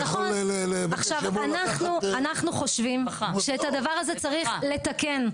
אנחנו חושבים שאת הדבר הזה צריך לתקן,